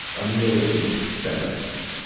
a militant feminist.